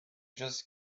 just